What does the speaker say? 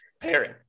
pairing